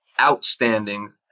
outstanding